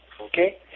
okay